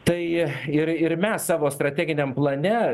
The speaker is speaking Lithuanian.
tai ir ir mes savo strateginiam plane